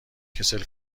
کسل